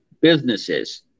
businesses